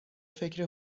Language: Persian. فکر